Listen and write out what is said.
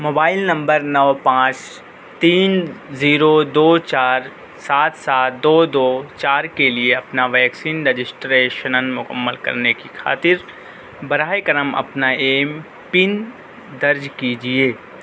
mobile number نو پانچ تین زیرو دو چار سات سات دو دو چار کے لیے اپنا ویکسین رجسٹریشنن مکمل کرنے کی خاطر براہ کرم اپنا ایم پن درج کیجیے